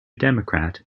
democrat